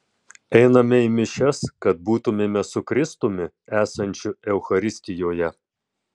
einame į mišias kad būtumėme su kristumi esančiu eucharistijoje